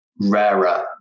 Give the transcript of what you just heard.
rarer